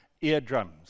eardrums